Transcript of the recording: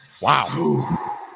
Wow